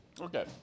Okay